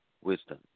wisdom